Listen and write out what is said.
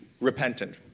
repentant